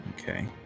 Okay